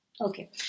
Okay